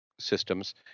systems